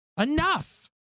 Enough